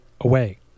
away